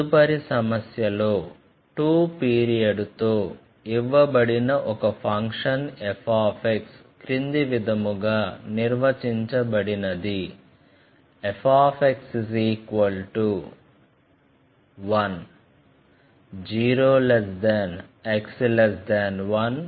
తదుపరి సమస్యలో 2 పీరియడ్ తో ఇవ్వబడిన ఒక ఫంక్షన్ f క్రింది విధముగా నిర్వచించబడింది